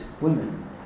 women